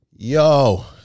Yo